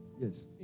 yes